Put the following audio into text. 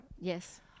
yes